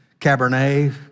Cabernet